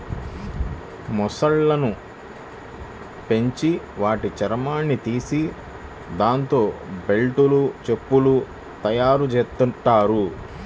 మొసళ్ళను పెంచి వాటి చర్మాన్ని తీసి దాంతో బెల్టులు, చెప్పులు తయ్యారుజెత్తారు